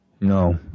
No